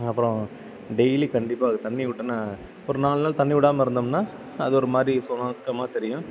அப்பறம் டெய்லி கண்டிப்பாக அதுக்கு தண்ணி விட்டோம்னா ஒரு நாலு நாள் தண்ணி விடாம இருந்தோம்னா அது ஒரு மாதிரி சொனக்கமா தெரியும்